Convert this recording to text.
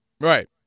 Right